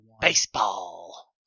baseball